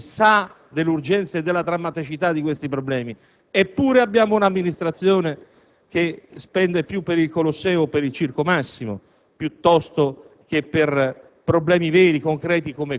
Chi conosce tali vicende sa dell'urgenza e della drammaticità di questi problemi, eppure abbiamo un'amministrazione che spende più per il Colosseo o per il Circo Massimo